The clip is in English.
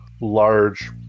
large